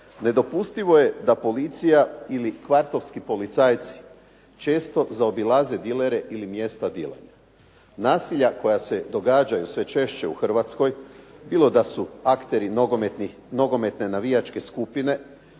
Nedopustivo je da policija ili kvartovski policajci često zaobilaze dilere ili mjesta dilanja. Nasilja koja se događaju sve češće u Hrvatskoj, bilo da su akteri nogometne navijačke skupine,